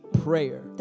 prayer